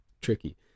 tricky